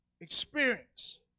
experience